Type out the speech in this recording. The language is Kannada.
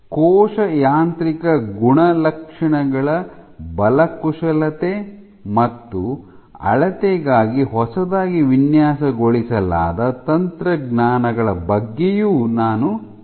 ಕೋಶ ಯಾಂತ್ರಿಕ ಗುಣಲಕ್ಷಣಗಳ ಬಲ ಕುಶಲತೆ ಮತ್ತು ಅಳತೆಗಾಗಿ ಹೊಸದಾಗಿ ವಿನ್ಯಾಸಗೊಳಿಸಲಾದ ತಂತ್ರಜ್ಞಾನಗಳ ಬಗ್ಗೆಯೂ ನಾನು ಚರ್ಚಿಸುತ್ತೇನೆ